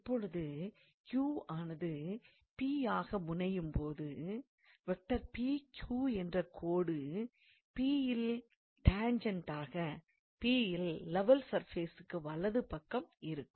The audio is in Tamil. இப்பொழுது Q வானது P யாக முனையும்போது என்ற கோடு P யில் டாண்ஜெண்ட்டாக P யில் லெவல் சர்ஃபேசிற்கு வலது பக்கம் இருக்கும்